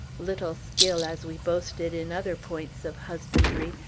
little skill as we boasted in other points of husbandry,